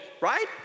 right